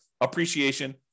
appreciation